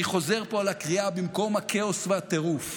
אני חוזר פה על הקריאה: במקום הכאוס והטירוף,